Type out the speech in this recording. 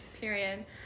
Period